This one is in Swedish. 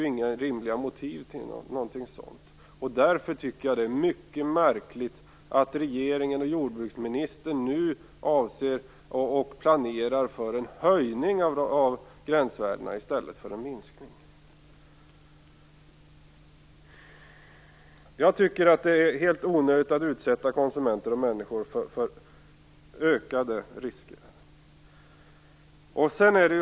Jag tycker därför att det är mycket märkligt att regeringen och jordbruksministern nu planerar för en höjning av gränsvärdena i stället för en minskning. Jag tycker att det är helt onödigt att utsätta konsumenter och människor för ökade risker.